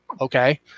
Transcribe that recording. Okay